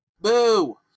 Boo